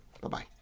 Bye-bye